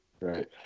Right